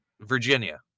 Virginia